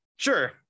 sure